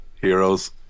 Heroes